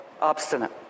obstinate